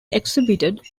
exhibited